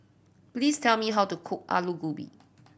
please tell me how to cook Alu Gobi